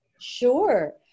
Sure